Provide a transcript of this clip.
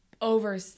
over